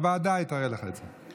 בוועדה, בוועדה היא תראה לך את זה.